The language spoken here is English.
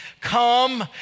come